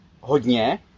hodně